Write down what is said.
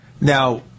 Now